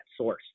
source